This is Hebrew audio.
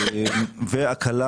והקלה